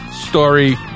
story